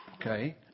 Okay